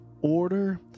Order